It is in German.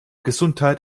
gesundheit